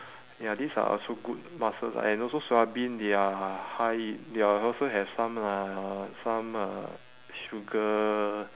ya these are also good muscles ah and also soya bean they are high they are also have some like uh some uh sugar